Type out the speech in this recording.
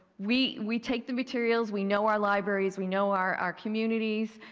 we we take the materials, we know our libraries, we know our our communities,